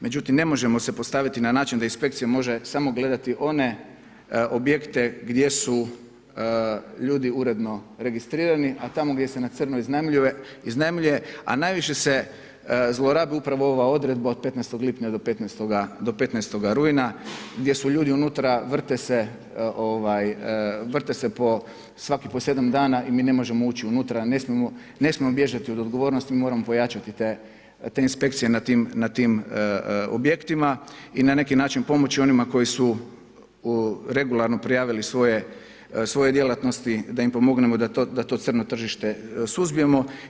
Međutim, ne možemo se postaviti na način da inspekcija može samo gledati one objekte gdje su ljudi uredno registrirani a tamo gdje se na crno iznajmljuje a najviše se zlorabi upravo ova odredba od 15. lipnja do 15. rujna gdje su ljudi unutra, vrte se, vrte se svaki po 7 dana i mi ne možemo ući unutra, ne smijemo bježati od odgovornosti, mi moramo pojačati te inspekcije na tim objektima i na neki način pomoći onima koji su regularno prijavili svoje djelatnosti da im pomognemo da to crno tržište suzbijemo.